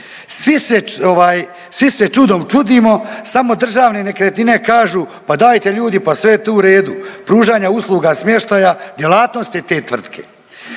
Svi se čudom čudimo samo Državne nekretnine kažu pa dajte ljudi, pa sve je to u redu. Pružanja usluga smještaja djelatnost je te tvrtke.